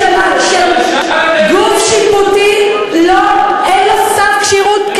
מנכ"ל של גוף שיפוטי אין לו סף כשירות,